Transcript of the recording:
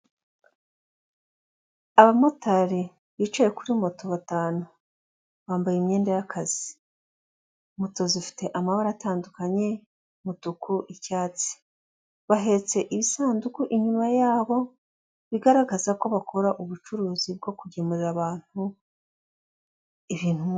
Abamotari bicaye kuri moto batanu, bambaye imyenda y'akazi, moto zifite amabara atandukanye umutuku, icyatsi. bahetse ibisanduku inyuma yabo bigaragaza ko bakora ubucuruzi bwo kugemurira abantu ibintu.